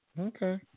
Okay